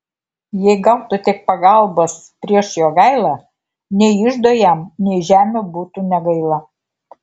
jei gautų tik pagalbos prieš jogailą nei iždo jam nei žemių būtų negaila